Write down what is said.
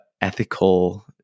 ethical